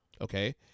Okay